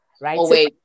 right